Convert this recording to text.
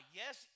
yes